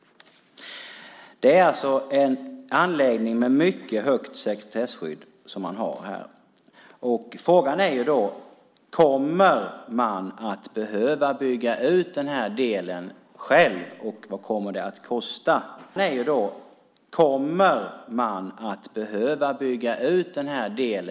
Anledningen är alltså ett mycket högt sekretesskydd. Frågan är om man kommer att behöva bygga ut den här delen och vad det kommer att kosta. Om det säljs ut, kommer man då att få det höga sekretesskyddet?